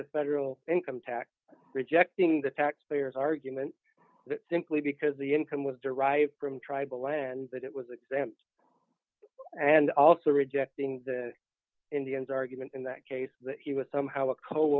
to federal income tax rejecting the tax payers argument that simply because the income was derived from tribal land that it was exempt and also rejecting the indians argument in that case that he was somehow a coal